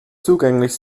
zugänglich